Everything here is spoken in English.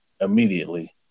immediately